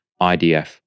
IDF